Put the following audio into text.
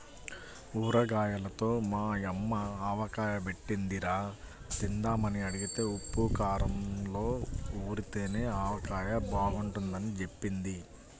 ఉసిరిగాయలతో మా యమ్మ ఆవకాయ బెట్టిందిరా, తిందామని అడిగితే ఉప్పూ కారంలో ఊరితేనే ఆవకాయ బాగుంటదని జెప్పింది